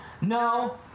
No